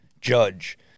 Judge